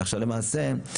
עכשיו למעשה,